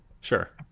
Sure